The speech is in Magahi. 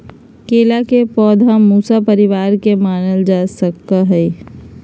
केला के पौधा मूसा परिवार के मानल जा हई